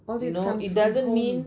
all these comes from home